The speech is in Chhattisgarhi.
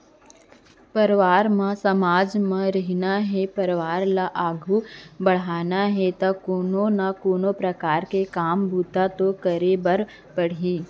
परवार म समाज म रहिना हे परवार ल आघू बड़हाना हे ता कोनो ना कोनो परकार ले काम बूता तो करे बर पड़बे करही